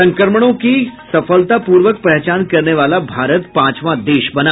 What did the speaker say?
संक्रमणों की सफलतापूर्वक पहचान करने वाला भारत पांचवां देश बना